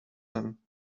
hin